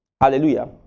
hallelujah